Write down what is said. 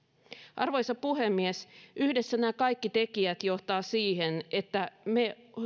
arvoisa puhemies yhdessä nämä kaikki tekijät johtavat siihen että